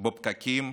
בפקקים